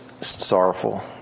sorrowful